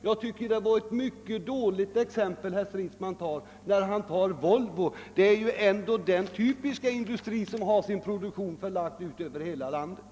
Jag tycker att exemplet var dåligt valt, herr Stridsman. Volvo är ändå en typisk industri med produktion förlagd över hela landet.